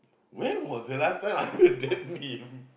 when was the last time I've heard that meme